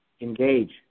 engage